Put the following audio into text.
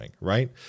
right